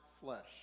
flesh